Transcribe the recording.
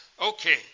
Okay